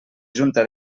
junta